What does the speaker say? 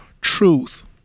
truth